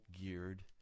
geared